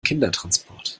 kindertransport